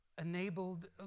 enabled